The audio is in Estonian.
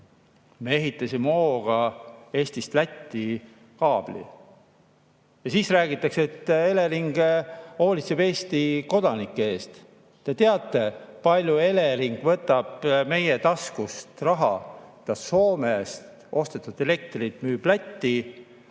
Me ehitasime hooga Eestist Lätti kaabli. Ja siis räägitakse, et Elering hoolitseb Eesti kodanike eest. Kas te teate, palju Elering võtab meie taskust raha? Soomest ostetud elektrit ta müüb Lätti